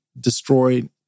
destroyed